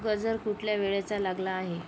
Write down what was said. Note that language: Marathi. गजर कुठल्या वेळेचा लागला आहे